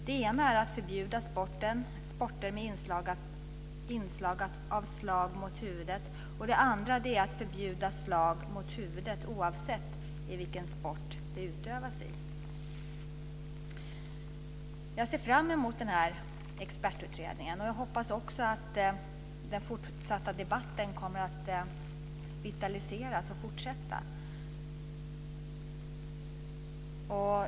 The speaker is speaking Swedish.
Det ena är att förbjuda sporter med inslag av slag mot huvudet, och det andra är att förbjuda slag mot huvudet oavsett i vilken sport de förekommer. Jag ser fram emot den här expertutredningen, och jag hoppas också att den fortsatta debatten kommer att fortsätta och vitaliseras.